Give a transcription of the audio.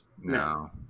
No